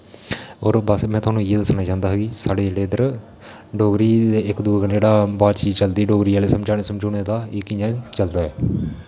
होर बस में थुआनूं इ'यै दस्सना चांह्दा हा कि साढ़े जेह्ड़े इद्धर डोगरी च इक दुए कन्नै जेह्ड़ा बातजीत चलदी डोगरी च समझानें समझूनें दा एह् कि'यां चलदा ऐ